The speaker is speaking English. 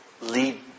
lead